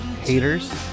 haters